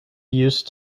used